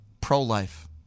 pro-life